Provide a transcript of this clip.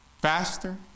faster